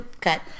Cut